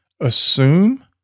assume